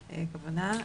כוונה.